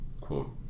quote